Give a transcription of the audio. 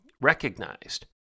recognized